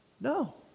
No